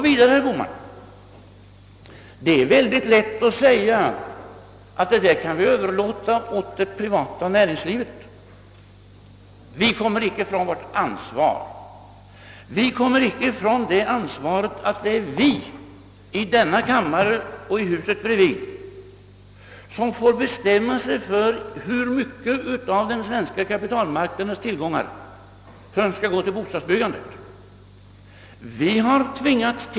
Vidare, herr Bohman: Det är väldigt lätt att säga att vi kan överlåta det hela åt det privata näringslivet. Men vi kommer inte ifrån vårt ansvar, att det är vi i denna kammare och i kammaren bredvid som har att bestämma hur mycket av den svenska kapitalmarknadens tillgångar som skall gå till bostadsbyggandet.